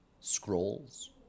Scrolls